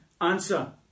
answer